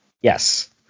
Yes